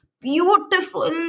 beautiful